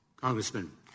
congressman